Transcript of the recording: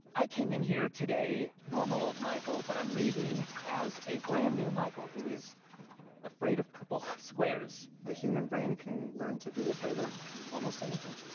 i came in here today normal old michael, but i'm leaving as a brand-new michael who is afraid of purple squares. the human brain can learn to be afraid of almost anything.